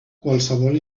qualsevol